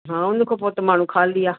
हा उनखां पोइ त माण्हू ख़ाली आहे